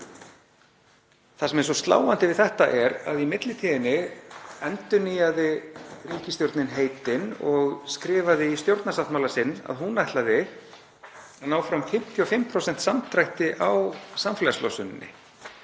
Það sem er svo sláandi við þetta er að í millitíðinni endurnýjaði ríkisstjórnin heitin og skrifaði í stjórnarsáttmála sinn að hún ætlaði ná fram 55% samdrætti á samfélagslosuninni,